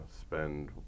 spend